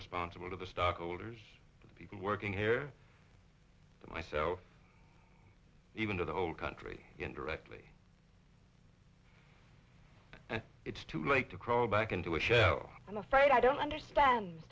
responsible to the stockholders of people working here myself even to the whole country indirectly and it's too late to crawl back into a show i'm afraid i don't understand